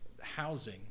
housing